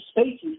spaces